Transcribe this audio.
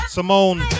Simone